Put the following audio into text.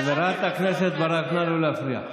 חברת הכנסת ברק, נא לא להפריע.